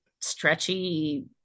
stretchy